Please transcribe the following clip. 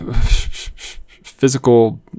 physical